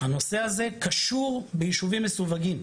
הנושא הזה קשור ביישובים מסווגים,